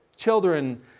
children